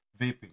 vaping